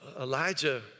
Elijah